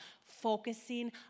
Focusing